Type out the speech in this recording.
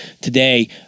today